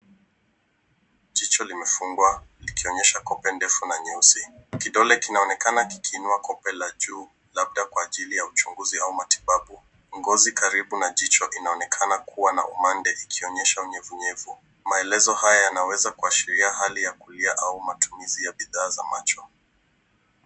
Jicho limefumbwa likionyesha kope ndefu na nyeusi. Kidole kinaonekana kikiinua kope la juu, labda kwa ajili ya uchunguzi au matibabu. Ngozi karibu na jicho inaonekana kuwa na umande ikionesha unyevunyevu. Maelezo hayo yanaweza kuashiria hali ya kulia au matumizi ya bidhaa za macho.